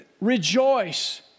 rejoice